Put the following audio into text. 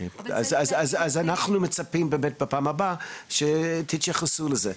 אז אנחנו מצפים באמת בפעם הבאה שתתייחסו לזה.